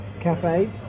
cafe